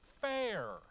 fair